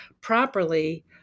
properly